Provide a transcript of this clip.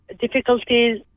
difficulties